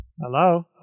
Hello